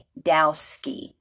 Dowski